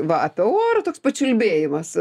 va apie orą toks pačiulbėjimas